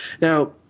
Now